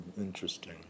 Interesting